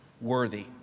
worthy